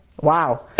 wow